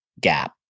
gap